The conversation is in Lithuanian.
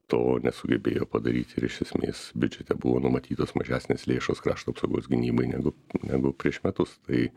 to nesugebėjo padaryt ir iš esmės biudžete buvo numatytos mažesnės lėšos krašto apsaugos gynybai negu negu prieš metus tai